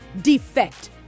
defect